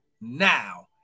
Now